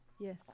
Yes